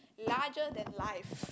larger than life